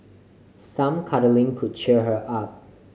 some cuddling could cheer her up